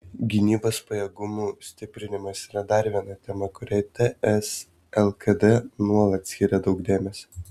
gynybos pajėgumų stiprinimas yra dar viena tema kuriai ts lkd nuolat skiria daug dėmesio